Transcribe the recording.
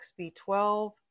B12